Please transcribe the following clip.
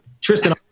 Tristan